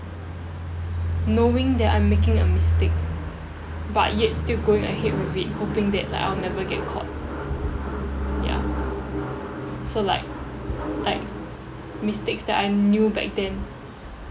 knowing that I'm making a mistake but yet still going ahead with it hoping that like I'll never get caught ya so like like mistakes that I knew back then